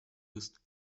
ist